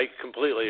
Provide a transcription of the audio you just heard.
completely